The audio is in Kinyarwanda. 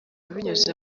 binyuze